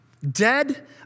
Dead